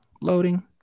loading